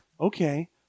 Okay